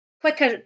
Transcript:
quicker